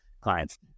clients